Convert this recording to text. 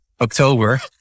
October